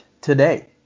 today